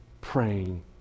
praying